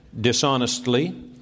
dishonestly